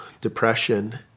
depression